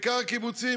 בעיקר הקיבוצים,